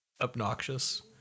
obnoxious